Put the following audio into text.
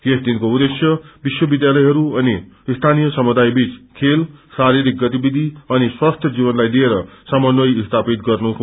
यस दिनको उद्देश्य विश्वविध्यालयहरू अनि स्थानीय समुदायबीच खेल शारीरिक गतिविधि अनि स्वस्थ्य जीवनलाइ लिएर समन्वय स्थापित गर्नु हो